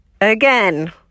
Again